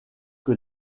que